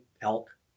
elk